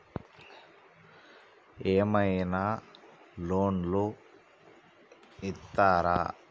ఏమైనా లోన్లు ఇత్తరా?